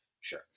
Sure